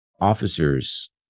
officers